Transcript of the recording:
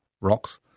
rocks